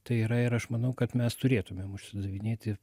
tai yra ir aš manau kad mes turėtumėm užsidavinėti